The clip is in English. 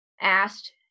asked